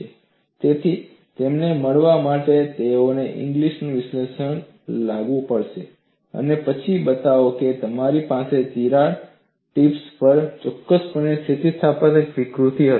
તેથી તેને મનાવવા માટે તેઓએ ઇંગ્લિસનું વિશ્લેષણ લાવવું પડશે અને પછી બતાવો કે તમારી પાસે તિરાડ ટિપ પર ચોક્કસપણે સ્થિતિસ્થાપક વિકૃતિ હશે